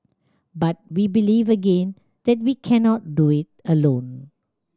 but we believe again that we cannot do it alone